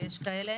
ויש כאלה,